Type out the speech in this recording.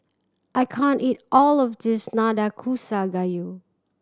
I can't eat all of this Nanakusa Gayu